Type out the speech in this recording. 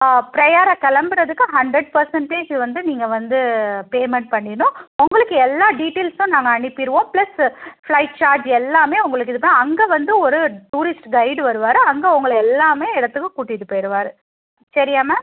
பிரயாணம் கிளம்பறதுக்கு hundred percentage வந்து நீங்கள் வந்து பேமெண்ட் பண்ணிணும் உங்களுக்கு எல்லாம் டீட்டைல்ஸும் நாங்கள் அனுப்பிருவோம் ப்ளஸ் ஃப்ளைட் சார்ஜ் எல்லாமே உங்களுக்கு இருக்கும் அங்கே வந்து ஒரு டூரிஸ்ட்டு கைய்டு வருவார் அங்கே உங்கள எல்லாமே இடத்துக்கும் கூட்டிகிட்டு போயிடுவாரு சரியா மேம்